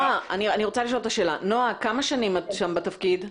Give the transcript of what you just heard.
נעה, כמה שנים את שם בתפקיד?